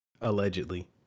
allegedly